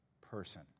person